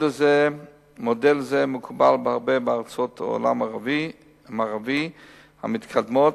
מודל זה מקובל בהרבה מארצות העולם המערבי המתקדמות,